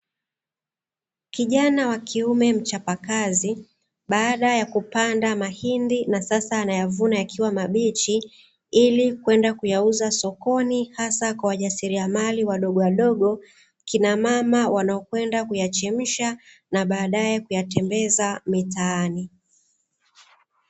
Kijana wa kiume mchapakazi, baada ya kupanda mahindi na sasa anayavuna yakiwa mabichi ili kwenda kuyauza sokoni hasa kwa wajasiriamali wadogowadogo, kina mama wanaokwenda kuyachemsha na baadaye kuyatembeza mitaani.